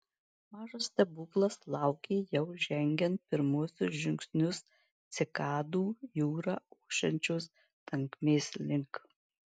mažas stebuklas laukė jau žengiant pirmuosius žingsnius cikadų jūra ošiančios tankmės link